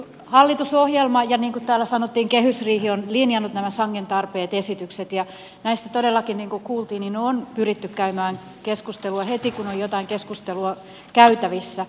hallitusohjelma ja niin kuin täällä sanottiin kehysriihi on linjannut nämä sangen tarpeelliset esitykset ja näistä todellakin niin kuin kuultiin on pyritty käymään keskustelua heti kun on jotain keskustelua käytävissä